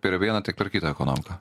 per vieną tiek per kitą ekonomiką